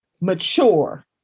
mature